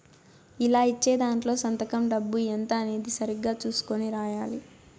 ఇలా ఇచ్చే దాంట్లో సంతకం డబ్బు ఎంత అనేది సరిగ్గా చుసుకొని రాయాలి